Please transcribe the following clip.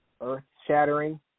earth-shattering